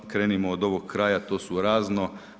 Krenimo od ovog kraja, to su razno.